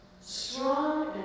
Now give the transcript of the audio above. Strong